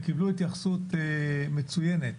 הם קיבלו התייחסות מצוינת.